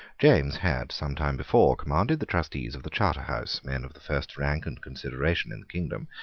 james had, some time before, commanded the trustees of the charterhouse, men of the first rank and consideration in the kingdom,